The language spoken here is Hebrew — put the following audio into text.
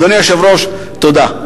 אדוני היושב-ראש, תודה.